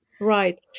right